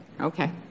Okay